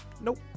Nope